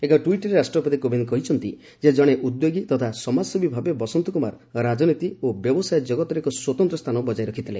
ଏକ ଟ୍ୱିଟ୍ରେ ରାଷ୍ଟ୍ରପତି କୋବିନ୍ଦ କହିଛନ୍ତି ଯେ ଜଣେ ଉଦ୍ୟୋଗୀ ତଥା ସମାଜସେବୀ ଭାବେ ବସନ୍ତ କୁମାର ରାଜନୀତି ଓ ବ୍ୟବସାୟ ଜଗତରେ ଏକ ସ୍ପତନ୍ତ୍ର ସ୍ଥାନ ବଜାୟ ରଖିଥିଲେ